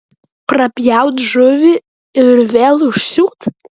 prapjaut žuvį ir vėl užsiūt